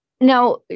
Now